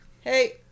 hey